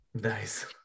Nice